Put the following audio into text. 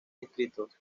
distritos